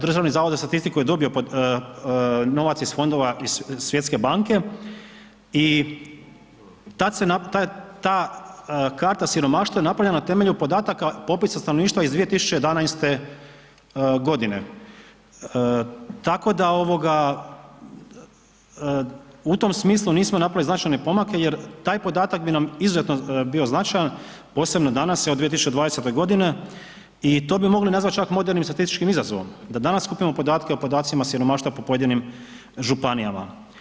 DZS je dobio novac iz fondova iz Svjetske banke i tad se, ta karta siromaštva je napravljena na temelju podataka popisa stanovništva iz 2011. g. tako da, u tom smislu nismo napravili značajne pomake jer taj podatak bi nam izuzetno bio značajan, posebno danas, evo, 2020. g. i to bi mogli nazvati čak modernim statističkim izazovom da danas skupljamo podatke o podacima siromaštva po pojedinim županijama.